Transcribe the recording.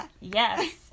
Yes